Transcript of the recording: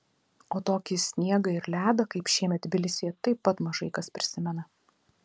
o tokį sniegą ir ledą kaip šiemet tbilisyje taip pat mažai kas prisimena